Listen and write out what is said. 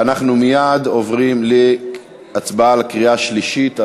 ואנחנו מייד עוברים להצבעה על החוק בקריאה השלישית.